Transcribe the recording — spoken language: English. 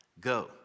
go